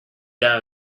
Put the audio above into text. down